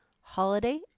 Holiday